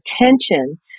attention